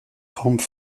pommes